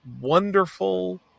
wonderful